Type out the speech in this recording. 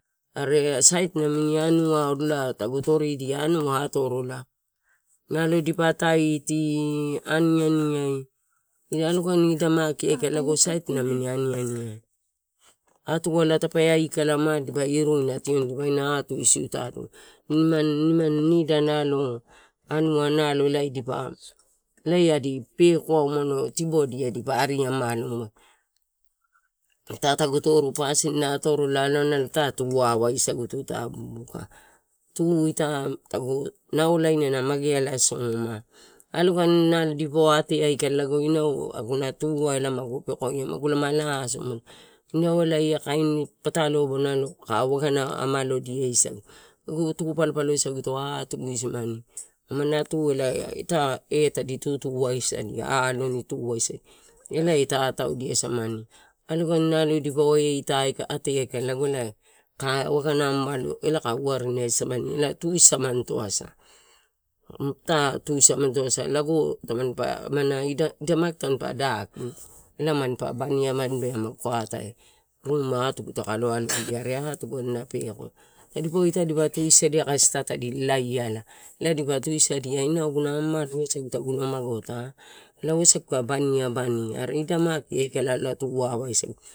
Are sait namini anua tagu toridia anua atorola nalo dipa taiti, aniani ai alogani ida maki tape aikala lago sait namini ani aniai. Atuala tape aikala ma dipa iruina tioni ma dipa iruina dipaua atuisiu ita tu nimani nida, nalo auna elae dipa pekoai tibodia dipa ariamalo, ita tagu toru pasin na atorola alolai ita tuavaisaguto ita buka, tuu-ita tagu naolaina, na mageala soma alogani nalo dipaua ate aikala, lago inau aguna tu ai elae magu pekoia, magu lama laso inau elae elakain patalo ka uagana amalodiasagu, tu palopalosaguto atumani isimani, amana tu ita e tadi tutu-usadia, alon tutusadia elae di tataua samani alogani e naio ita ate aikala, lago elae ka waga amalo elae ka warina samani ela tu samanito asa, ita tusamamto asa, lago tamani amana ida maki tampa daki, mampa baniabanibea, magu ka atae ruma atugu takae aio alodia atugu adina peko tadipa ita tadipa tusadia. Kasi ita tadi lalaiala elae dipa tusadia ina aguna ama amalo sagu tagula magota elae wasaga kai baniabani, are ida maki aikala alolai tuavasa.